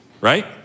right